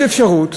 יש אפשרות